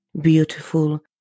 beautiful